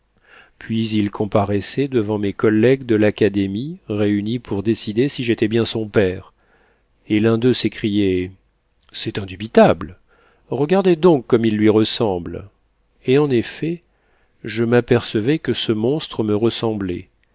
puis il comparaissait devant mes collègues de l'académie réunis pour décider si j'étais bien son père et l'un d'eux s'écriait c'est indubitable regardez donc comme il lui ressemble et en effet je m'apercevais que ce monstre me ressemblait